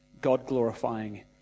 God-glorifying